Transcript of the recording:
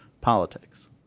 politics